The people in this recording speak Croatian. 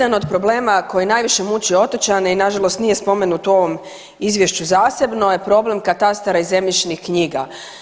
Jedan od problema koji najviše muči otočane i nažalost nije spomenut u ovom izvješću zasebno je problem katastara i zemljišnih knjiga.